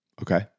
Okay